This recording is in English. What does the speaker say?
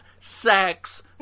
sex